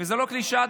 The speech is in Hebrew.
וזו לא קלישאה,